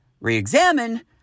re-examine